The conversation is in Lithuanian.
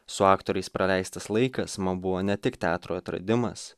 su aktoriais praleistas laikas man buvo ne tik teatro atradimas